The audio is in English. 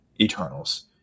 Eternals